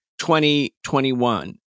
2021